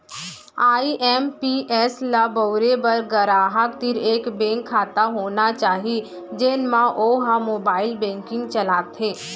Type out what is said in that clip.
IMPS ल बउरे बर गराहक तीर एक बेंक खाता होना चाही जेन म वो ह मोबाइल बेंकिंग चलाथे